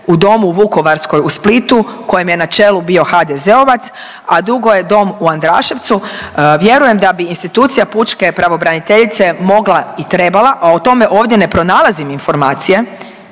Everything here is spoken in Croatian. u domu u Vukovarskoj, u Splitu kojem je na čelu bio HDZ-ovac, a dugo je Dom u Andraševcu vjerujem da bi institucija pučke pravobraniteljice mogla i trebala, a o tome ovdje ne pronalazim informacije